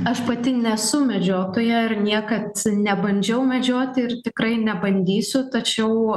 aš pati nesu medžiotoja ir niekad nebandžiau medžioti ir tikrai nebandysiu tačiau